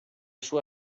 sua